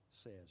says